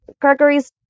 Gregory's